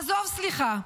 עזוב סליחה,